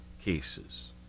cases